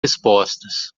respostas